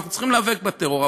אנחנו צריכים להיאבק בטרור,